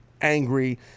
angry